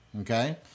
Okay